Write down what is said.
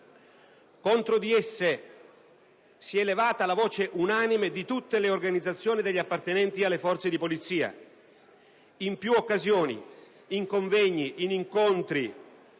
Contro tali norme si è inoltre levata la voce unanime di tutte le organizzazioni degli appartenenti alle forze di polizia. In più occasioni, in convegni, in incontri